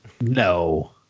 No